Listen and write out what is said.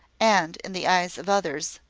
and, in the eyes of others,